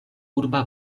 urba